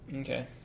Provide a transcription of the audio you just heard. Okay